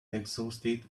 exhausted